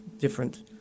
different